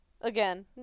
Again